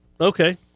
Okay